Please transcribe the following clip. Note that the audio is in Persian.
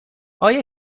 آیا